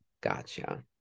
Gotcha